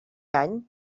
any